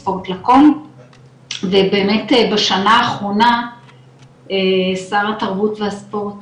ספורט לכל ובאמת בשנה האחרונה שר התרבות והספורט